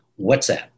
WhatsApp